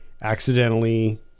accidentally